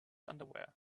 underwear